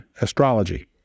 astrology